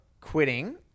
quitting